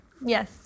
Yes